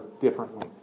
differently